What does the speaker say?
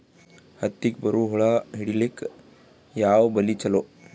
ಹತ್ತಿಗ ಬರುವ ಹುಳ ಹಿಡೀಲಿಕ ಯಾವ ಬಲಿ ಚಲೋ?